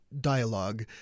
dialogue